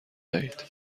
دهید